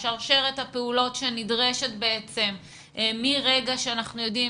שרשרת הפעולות שנדרשת מרגע שאנחנו יודעים